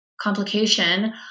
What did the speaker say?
complication